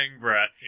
breath